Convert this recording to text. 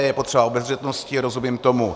Je potřeba obezřetnosti, rozumím tomu.